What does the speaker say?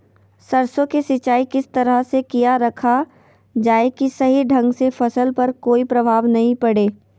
सरसों के सिंचाई किस तरह से किया रखा जाए कि सही ढंग से फसल पर कोई प्रभाव नहीं पड़े?